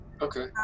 okay